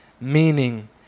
Meaning